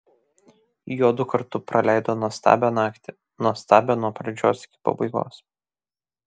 juodu kartu praleido nuostabią naktį nuostabią nuo pradžios iki pabaigos